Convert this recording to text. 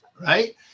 right